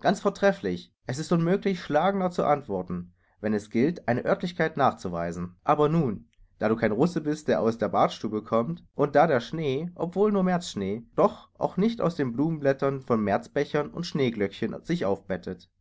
ganz vortrefflich es ist unmöglich schlagender zu antworten wenn es gilt eine oertlichkeit nachzuweisen aber nun da du kein russe bist der aus der badstube kommt und da der schnee obwohl nur märzschnee doch auch nicht aus den blumenblättern von märzbechern und schneeglöckchen sich aufbettet